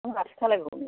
माथो खालामबावनो